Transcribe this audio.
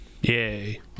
Yay